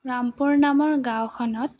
ৰামপুৰ নামৰ গাঁওখনত